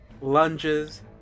lunges